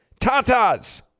tatas